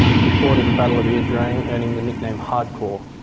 he fought at the battle of ia drang earning the nickname hardcore.